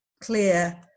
Clear